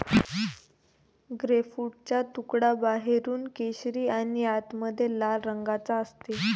ग्रेपफ्रूटचा तुकडा बाहेरून केशरी आणि आतमध्ये लाल रंगाचा असते